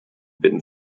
been